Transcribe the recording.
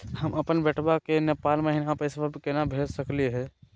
हम अपन बेटवा के नेपाल महिना पैसवा केना भेज सकली हे?